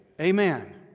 Amen